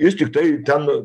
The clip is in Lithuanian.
jis tiktai ten